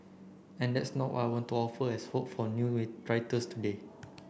and that's no what I want to offer as hope for new today